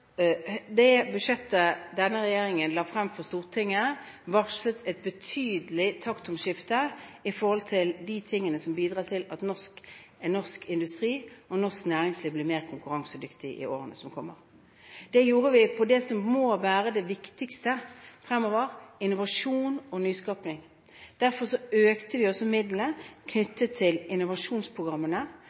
Det budsjettet denne regjeringen la frem for Stortinget, varslet et betydelig taktskifte for de tingene som bidrar til at norsk industri og norsk næringsliv blir mer konkurransedyktig i årene som kommer. Det gjorde vi på de områdene som må være det viktigste fremover; innovasjon og nyskaping. Derfor økte vi også midlene knyttet til innovasjonsprogrammene